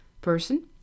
person